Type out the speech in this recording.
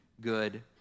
good